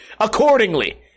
accordingly